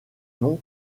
nom